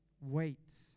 wait